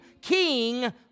king